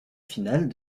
finale